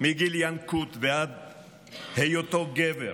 מגיל ינקות ועד היותו גבר,